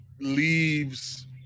leaves